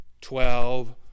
twelve